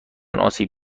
آسیب